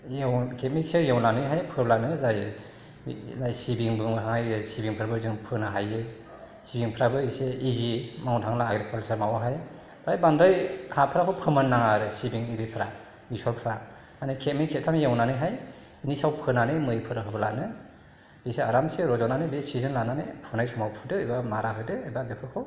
खेबनैसो एवनानैहाय फोब्लानो जायो लाइ सिबिं बुंनो हायो सिबिंफोरबो जों फुनो हायो सिबिंफोराबो इसे इजि मावनो थाङोब्ला एग्रिकाल्चार माबायावहाय ओमफ्राय बांद्राय हाफोराबो फोमोन नाङा आरो सिबिं आरिफ्रा बेसरफ्रा माने खेबनै खेबथाम एवनानैहाय निसायाव फोनानै मैफोर होब्लानो बेसोर आरामसे रज'नानै बे सिजोन लानानै फुनाय समाव फुदो एबा मारा होदो एबा बेफोरखौ